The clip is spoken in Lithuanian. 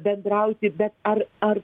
bendrauti bet ar ar